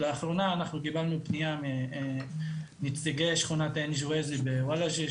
הוא שלאחרונה אנחנו קיבלנו פנייה מנציגי שכונת עין ג'ואזה בוולאג'ה,